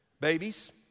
Babies